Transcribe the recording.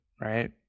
right